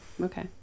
Okay